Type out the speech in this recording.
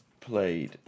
played